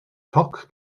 toc